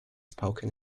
spoken